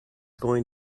going